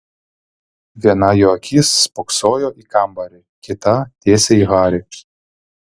viena jo akis spoksojo į kambarį kita tiesiai į harį